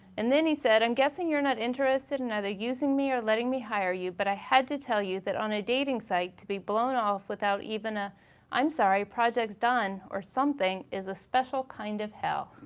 and then he said i'm guessing that you're not interested in either using me or letting me hire you, but i had to tell you that on a dating site to be blown off without even a i'm sorry, project's done or something is a special kind of hell,